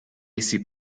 essi